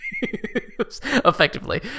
effectively